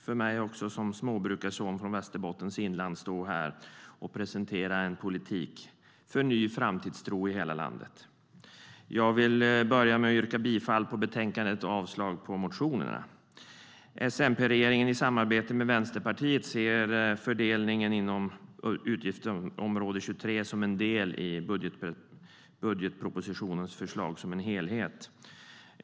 För mig som småbrukarson från Västerbottens inland känns det stort att stå här och presentera en politik för ny framtidstro i hela landet. Jag vill till att börja med yrka bifall till utskottets förslag i betänkandet och avslag på motionerna. S-MP-regeringen i samarbete med Vänsterpartiet ser fördelningen inom utgiftsområde 23 som en del i budgetpropositionens förslag som helhet.